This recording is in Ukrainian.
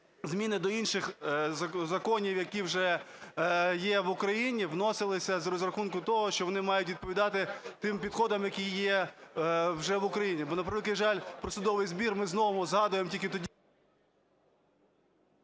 зміни до інших законів, які вже є в Україні, вносилися з розрахунку того, що вони мають відповідати тим підходам, які є вже в Україні. Бо, на превеликий жаль, про судовий збір ми знову згадуємо тільки тоді…